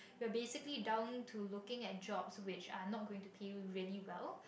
you're basically down to looking at jobs which are not going to pay you really well